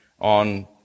on